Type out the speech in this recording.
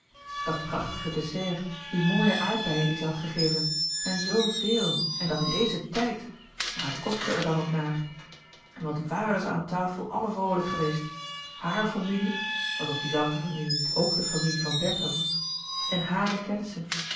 dat prachtige dessert die mooie aardbeien die zij had gegeven en zoo véel en dat in dezen tijd maar het kostte er dan ook naar en wat waren zij aan tafel allen vroolijk geweest hàre familie alsof die zelfde familie niet ook de famile van bertha was en hàre kennissen